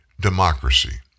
democracy